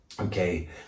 Okay